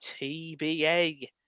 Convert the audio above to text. TBA